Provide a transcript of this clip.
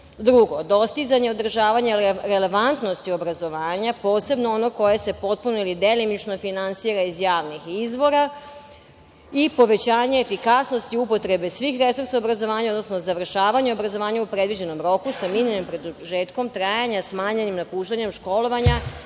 drugo, dostizanje održavanja relevantnosti obrazovanja, posebno ono koje se potpuno ili delimično finansira iz javnih izvora i povećanje efikasnosti upotrebe svih resursa obrazovanja, odnosno završavanje obrazovanja u predviđenom roku sa minimalnim produžetkom trajanja i smanjenim napuštanjem školovanja. Gospodine